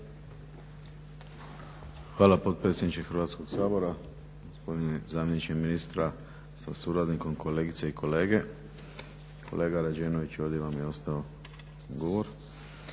Hvala potpredsjedniče Hrvatskog sabora. Gospodine zamjeniče ministra sa suradnikom, kolegice i kolege. Dakle u ime kluba HNS-a